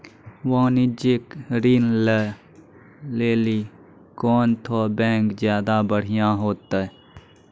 वाणिज्यिक ऋण लै लेली कोन ठो बैंक ज्यादा बढ़िया होतै?